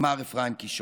אמר אפרים קישון.